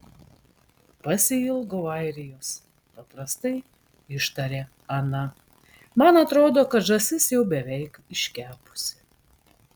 pasiilgau airijos paprastai ištarė ana man atrodo kad žąsis jau beveik iškepusi